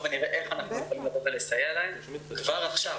ונראה איך אנחנו יכולים לסייע להם כבר עכשיו.